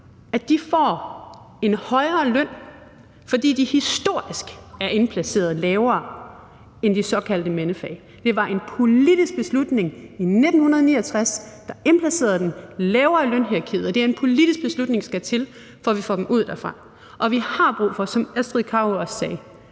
– får en højere løn, for de er historisk indplaceret lavere end de såkaldte mandefag. Det var en politisk beslutning i 1969, der indplacerede dem lavere i lønhierarkiet, og det er en politisk beslutning, der skal til, for at vi får dem ud derfra, og vi har brug for, som fru Astrid Carøe også sagde,